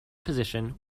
position